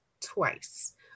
twice